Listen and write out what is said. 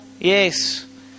Yes